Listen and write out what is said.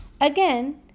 again